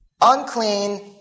unclean